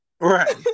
Right